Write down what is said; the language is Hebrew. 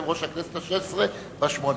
יושב-ראש הכנסת השש-עשרה והשמונה-עשרה,